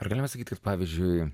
ar galima sakyti kad pavyzdžiui